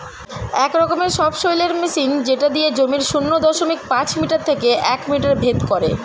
এক রকমের সবসৈলের মেশিন যেটা দিয়ে জমির শূন্য দশমিক পাঁচ মিটার থেকে এক মিটার ভেদ করে